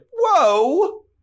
whoa